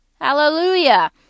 Hallelujah